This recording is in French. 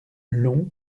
long